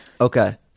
Okay